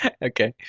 okay,